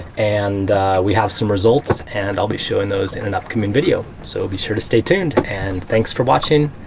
and we have some results. and i'll be showing those in an upcoming video. so be sure to stay tuned, and thanks for watching.